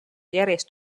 järjest